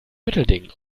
mittelding